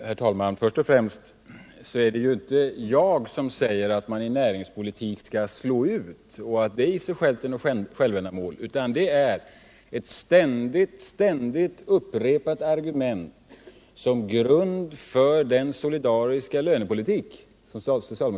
Herr talman! Först och främst är det ju inte jag som säger att man i näringspolitik skall slå ut företag och att det är ett självändamål, utan detta har varit ett ständigt upprepat argument från socialdemokratins sida som grund för den solidariska lönepolitik som ni driver.